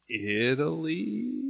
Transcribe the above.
Italy